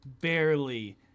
barely